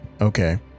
Okay